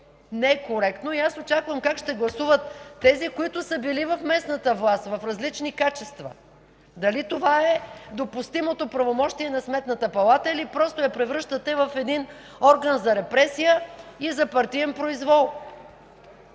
не е коректно и аз очаквам как ще гласуват тези, които са били в местната власт в различни качества. Дали това е допустимото правомощие на Сметната палата или просто я превръщате в един орган за репресия и за партиен произвол?